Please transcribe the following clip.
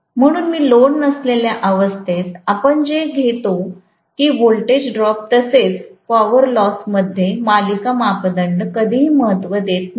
म्हणून लोड नसलेल्या अवस्थेत आपण हे घेतो की व्होल्टेज ड्रॉप तसे च पॉवर लॉस होण्यामध्ये मालिका मापदंड कधीही महत्त्व देत नाहीत